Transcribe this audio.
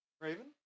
Raven